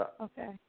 Okay